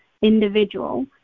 individual